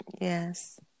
yes